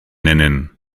nennen